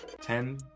ten